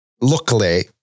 luckily